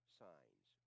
signs